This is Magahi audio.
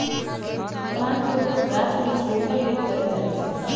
प्लांट के उपयोग गाछ वृक्ष रोपे लेल कएल जाइ छइ